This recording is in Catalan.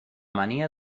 mania